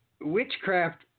witchcraft